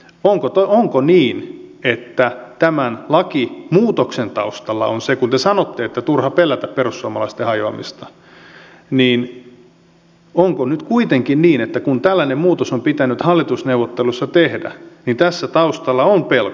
otto on niin että tämän lakiin muutoksen taustalla on se kun te sanotte että on turha pelätä perussuomalaisten hajoamista niin onko nyt kuitenkin niin että kun tällainen muutos on pitänyt hallitusneuvotteluissa tehdä niin tässä taustalla on pelko